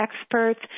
experts